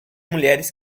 mulheres